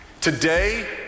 Today